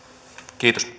kiitos